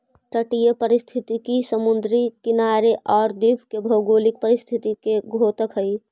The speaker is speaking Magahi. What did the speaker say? तटीय पारिस्थितिकी समुद्री किनारे आउ द्वीप के भौगोलिक परिस्थिति के द्योतक हइ